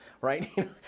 right